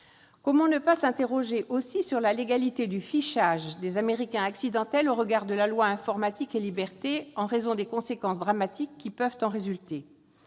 Comment ne pas s'interroger aussi sur la légalité du « fichage » des « Américains accidentels » au regard de la loi Informatique et libertés, en raison des conséquences dramatiques qui peuvent en résulter ?